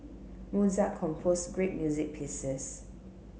Mozart composed great music pieces